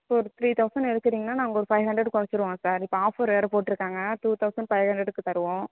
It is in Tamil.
ஒரு த்ரீ தௌசன் எடுக்கிறிங்கன்னா நாங்கள் ஒரு ஃபைவ் ஹண்ரடு கொறச்சுடுவோம் சார் இப்போ ஆஃபர் வேறு போட்டிருக்காங்க டூ தௌசன் ஃபைவ் ஹண்ரடுக்கு தருவோம்